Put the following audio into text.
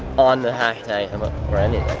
on the hashtag um ah or any of